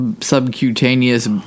subcutaneous